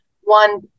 one